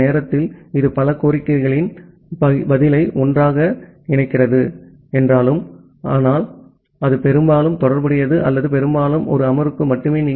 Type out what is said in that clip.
அந்த நேரத்தில் இது பல கோரிக்கைகளின் பதிலை ஒன்றாக இணைக்கிறது என்றாலும் ஆனால் அது பெரும்பாலும் தொடர்புடையது அல்லது பெரும்பாலும் ஒரு அமர்வுக்கு மட்டுமே